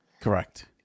Correct